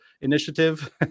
Initiative